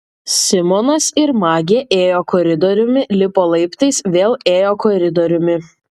simonas ir magė ėjo koridoriumi lipo laiptais vėl ėjo koridoriumi